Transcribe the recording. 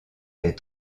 des